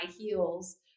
heels